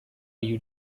you